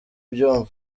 ubyumva